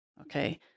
Okay